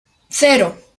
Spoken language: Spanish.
cero